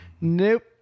nope